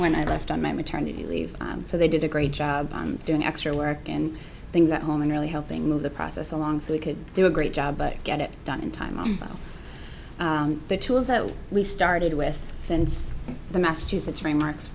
when i left on my maternity leave so they did a great job doing extra work and things at home and really helping move the process along so we could do a great job but get it done in time all the tools that we started with since the massachusetts remarks